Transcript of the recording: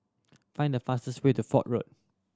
find the fastest way to Fort Road